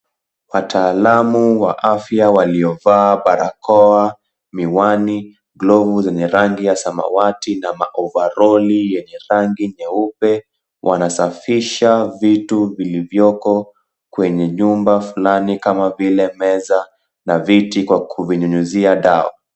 Wataalamu wa afya waliovaa barakoa, miwani glovu zenye rangi ya samawati na ma ovaroli yenye rangi nyeupe wanasafisha vitu vilivyoko kwenye nyumba flani kama vile meza na viti kwa kuvinyunyizia dawa.